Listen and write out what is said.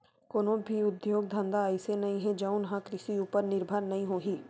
कोनो भी उद्योग धंधा अइसे नइ हे जउन ह कृषि उपर निरभर नइ होही